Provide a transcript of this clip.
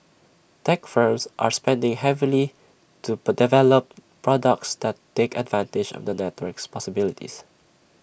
tech firms are spending heavily to develop products that take advantage of the network's possibilities